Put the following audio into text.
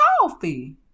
coffee